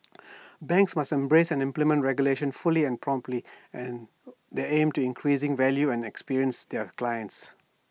banks must embrace and implement regulation fully and promptly and the aim to increasing value and experience their clients